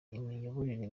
imiyoborere